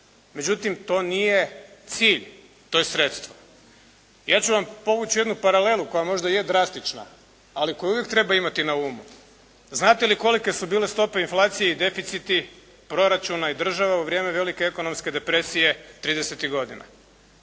Međutim to nije cilj, to je sredstvo. Ja ću vam povući jednu paralelu koja možda je drastična, ali koju uvijek treba imati na umu. Znate li kolike su bile stope inflacije i deficiti proračuna i država u vrijeme velike ekonomske depresije '30.-tih godina?